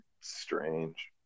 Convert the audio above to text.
Strange